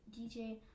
DJ